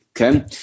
okay